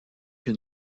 une